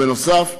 בנוסף,